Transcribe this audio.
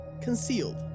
concealed